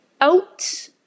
out